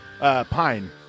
Pine